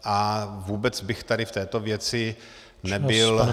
A vůbec bych tady v této věci nebyl...